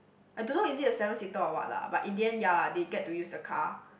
I don't know is it a seven seater of what lah but in the end ya lah they get to use the car